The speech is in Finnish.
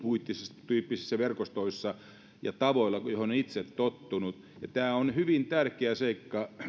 muuntyyppisissä verkostoissa ja muilla tavoilla kuin niillä joihin on itse tottunut ja tämä on hyvin tärkeä seikka